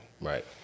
Right